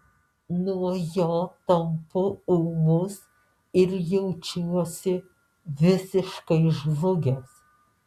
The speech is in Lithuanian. nuo jo tampu ūmus ir jaučiuosi visiškai žlugęs